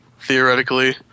theoretically